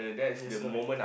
yes correct